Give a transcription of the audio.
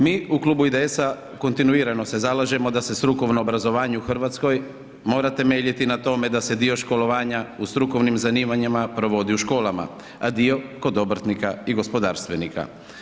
Mi u Klubu IDS-a kontinuirano se zalažemo da se strukovno obrazovanje u Hrvatskom mora temeljiti na tome da se dio školovanje u strukovnim zanimanjima provodi u školama, a dio kod obrtnika i gospodarstvenika.